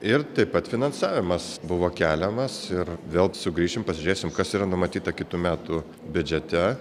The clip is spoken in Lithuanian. ir taip pat finansavimas buvo keliamas ir vėl sugrįšim pasižiūrėsim kas yra numatyta kitų metų biudžete